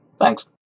thanks